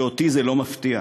אותי זה לא מפתיע.